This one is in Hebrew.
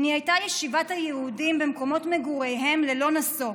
נהייתה ישיבת היהודים במקומות מגוריהם ללא נשוא.